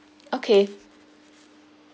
okay